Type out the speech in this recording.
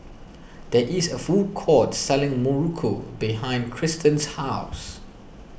there is a food court selling Muruku behind Kristan's house